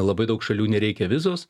labai daug šalių nereikia vizos